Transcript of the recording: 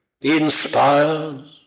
inspires